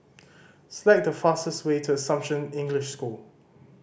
select the fastest way to Assumption English School